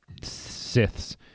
Siths